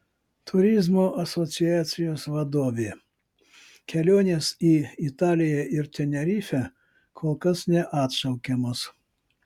turizmo asociacijos vadovė kelionės į italiją ir tenerifę kol kas neatšaukiamos